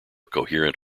coherent